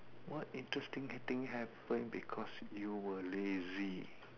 what interesting thing happen because you were lazy